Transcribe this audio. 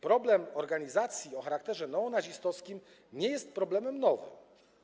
Problem organizacji o charakterze neonazistowskim nie jest problemem nowym.